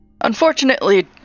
Unfortunately